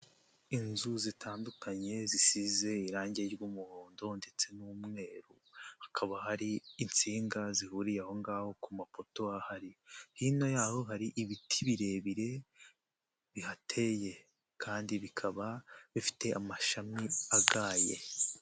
Inzu zitandukanye zisize irange ry'umuhondo ndetse n'umweru, hakaba hari insinga zihuriye aho ngaho ku mapoto ahari, hino yaho hari ibiti birebire bihateye kandi bikaba bifite amashami agaye.